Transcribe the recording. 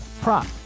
prop